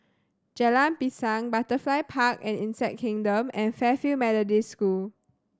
Jalan Pisang Butterfly Park and Insect Kingdom and Fairfield Methodist School